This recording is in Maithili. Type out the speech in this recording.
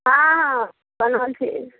हाँ हाँ बन्हल छै